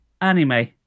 anime